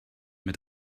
mit